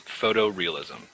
photorealism